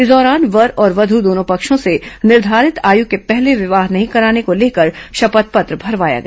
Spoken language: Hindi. इस दौरान वर और वधु दोनों पक्षों से निर्धारित आयु के पहले विवाह नहीं कराने को लेकर शपथ पत्र भरवाया गया